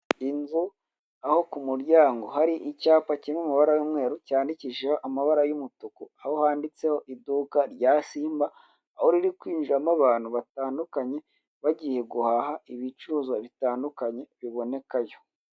Inzu aho ku muryango hari icyapa kiri mu mubara y'umweru cyandikishijeho amabara y'umutuku, aho handitseho iduka rya Simba, aho riri kwinjiramo abantu batandukanye bagiye guhaha ibicuruzwa bitandukanye bibonekayo.